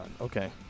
Okay